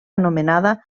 anomenada